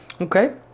Okay